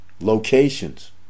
locations